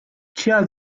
tja